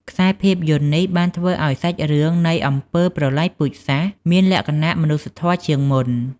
ខ្សែភាពយន្តនេះបានធ្វើឲ្យសាច់រឿងនៃអំពើប្រល័យពូជសាសន៍ មានលក្ខណៈមនុស្សធម៌ជាងមុន។